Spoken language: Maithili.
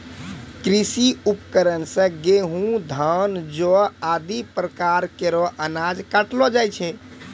कृषि उपकरण सें गेंहू, धान, जौ आदि प्रकार केरो अनाज काटलो जाय छै